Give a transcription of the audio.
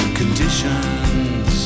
conditions